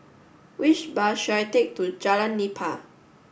which bus should I take to Jalan Nipah